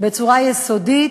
בצורה יסודית,